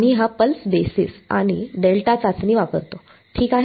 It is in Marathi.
आम्ही हा पल्स बेसिस आणि डेल्टा चाचणी वापरतो ठीक आहे